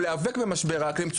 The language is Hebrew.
הוא להיאבק במשבר האקלים.